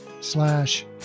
slash